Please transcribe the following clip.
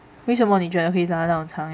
为什么你觉得会拉到很长 eh